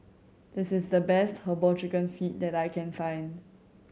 this is the best Herbal Chicken Feet that I can find